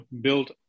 built